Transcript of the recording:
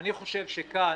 אני חושב שכאן